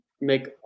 make